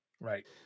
Right